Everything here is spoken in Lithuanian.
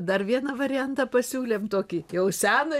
dar vieną variantą pasiūlėm tokį jau seną